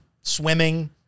Swimming